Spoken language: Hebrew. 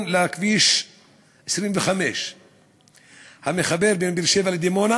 לכביש 25 המחבר את באר-שבע ודימונה.